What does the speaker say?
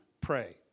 pray